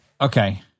Okay